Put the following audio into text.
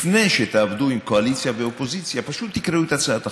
לפני שתעבדו עם קואליציה ואופוזיציה פשוט תקראו את הצעת החוק.